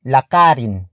Lakarin